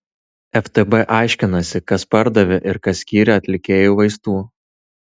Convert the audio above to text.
ftb aiškinasi kas pardavė ir kas skyrė atlikėjui vaistų